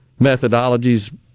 methodologies